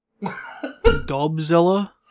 Gobzilla